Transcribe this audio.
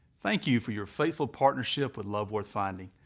thank you for your faithful partnership with love worth finding.